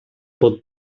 pod